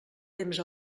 temps